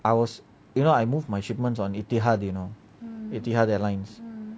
I was you know I move my shipments on ETI hub you know ETI hub that line